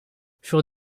furent